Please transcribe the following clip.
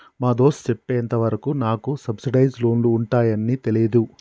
మా దోస్త్ సెప్పెంత వరకు నాకు సబ్సిడైజ్ లోన్లు ఉంటాయాన్ని తెలీదు